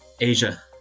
Asia